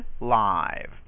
live